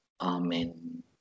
amen